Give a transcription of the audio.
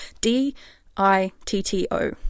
D-I-T-T-O